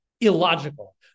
illogical